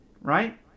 right